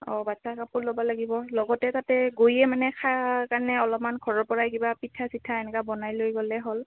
অঁ বাচ্ছা কাপোৰ ল'ব লাগিব লগতে তাতে গৈয়ে মানে খোৱাৰ কাৰণে অলপমান ঘৰৰ পৰাই কিবা পিঠা চিঠা এনেকৈ বনাই লৈ গ'লে হ'ল